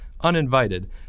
uninvited